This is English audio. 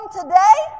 today